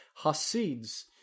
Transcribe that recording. Hasid's